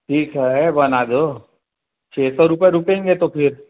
ठीक है बना दो छः सौ रूपये रुकेंगे तो फिर